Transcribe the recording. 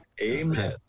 Amen